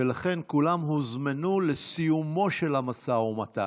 ולכן כולם הוזמנו לסיומו של המשא ומתן.